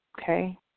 Okay